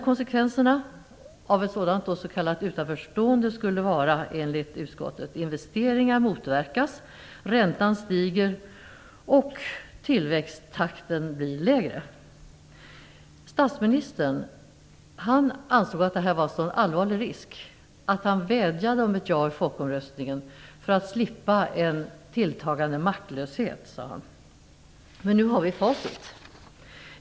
Konsekvenserna av ett sådant utanförstående skulle enligt utskottet vara att investeringar motverkas, räntan stiger och tillväxttakten blir lägre. Statsministern ansåg att detta var en sådan allvarlig risk att han vädjade om ett ja i folkomröstningen, för att slippa en tilltagande maktlöshet, sade han. Men nu har vi facit.